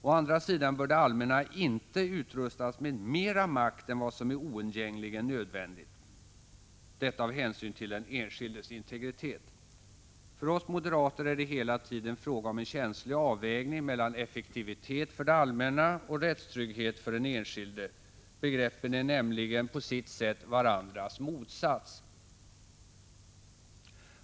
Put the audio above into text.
Å andra sidan bör det allmänna inte utrustas med mera makt än vad som är oundgängligen nödvändigt, detta av hänsyn till den enskildes integritet. För oss moderater är det hela tiden fråga om en känslig avvägning mellan effektivitet för det allmänna och rättstrygghet för den enskilde. Begreppen är nämligen på sitt sätt varandras motsats.